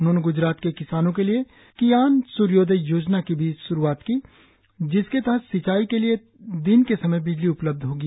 उन्होने गुजरात के किसानों के लिए कियान सूर्योदय योजना की भी श्रुआत की जिसके तहत सिचाई के लिए दिन के समय बिजली उपलब्ध होगी